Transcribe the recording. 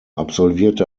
absolvierte